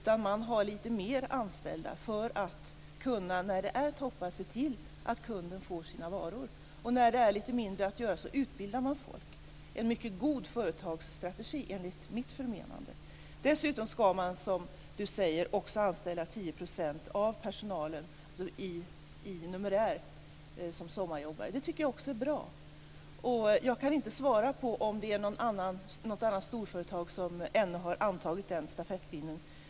Man har i stället litet fler anställda för att vid toppar kunna se till att kunden får sina varor, och när det är litet mindre att göra utbildar man folk. Det är en mycket god företagsstrategi, enligt mitt förmenande. Dessutom skall man, som Widar Andersson säger, också öka antalet anställda med 10 % sommarjobbare. Det tycker jag också är bra. Jag kan inte svara på om det är något annat storföretag som ännu har antagit stafettpinnen.